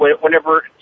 whenever